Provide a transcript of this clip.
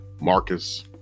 Marcus